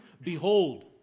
Behold